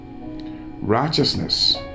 Righteousness